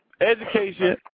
Education